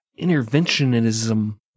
interventionism